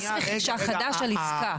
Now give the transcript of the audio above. מס רכישה חדש על עסקה.